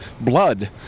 blood